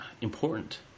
important